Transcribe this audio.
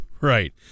Right